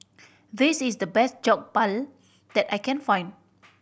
this is the best Jokbal that I can find